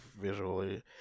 Visually